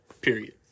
Period